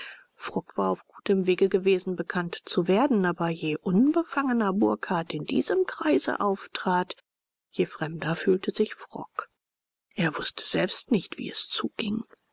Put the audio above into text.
war auf gutem wege gewesen bekannt zu werden aber je unbefangener burkhardt in diesem kreise auftrat je fremder fühlte sich frock er wußte selbst nicht wie es zuging